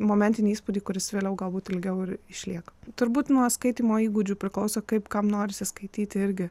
momentinį įspūdį kuris vėliau galbūt ilgiau ir išlieka turbūt nuo skaitymo įgūdžių priklauso kaip kam norisi skaityti irgi